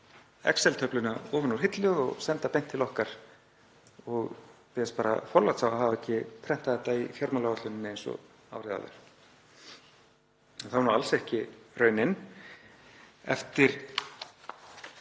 excel-töfluna ofan úr hillu og senda beint til okkar og biðjast bara forláts á því að hafa ekki prentað þetta í fjármálaáætluninni eins og árið áður. Það var nú alls ekki raunin. Eftir